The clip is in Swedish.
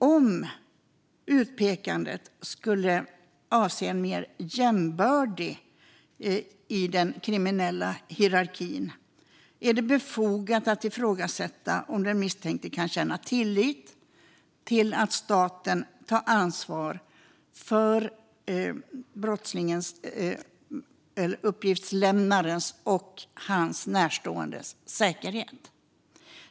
Om utpekandet skulle avse en mer jämbördig i den kriminella hierarkin är det befogat att ifrågasätta om den misstänkte kan känna tillit till att staten tar ansvar för uppgiftslämnarens och hans närståendes säkerhet.